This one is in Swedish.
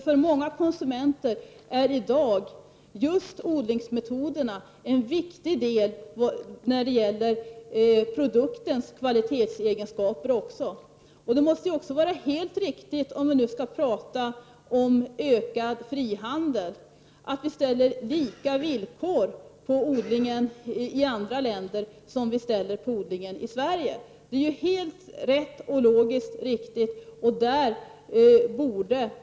För många konsumenter i dag är just odlingsmetoderna viktiga för produktens kvalitetsegenskaper. Det måste vara helt riktigt — om vi nu skall tala om ökad frihandel — att vi ställer samma krav på odlingen i andra länder som vi ställer på odlingen i Sverige. Det är rätt och riktigt och helt logiskt.